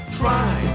try